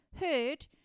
heard